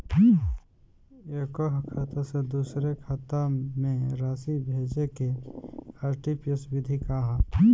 एकह खाता से दूसर खाता में राशि भेजेके आर.टी.जी.एस विधि का ह?